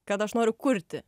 kad aš noriu kurti